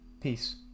Peace